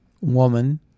woman